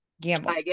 Gamble